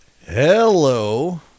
Hello